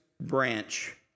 Branch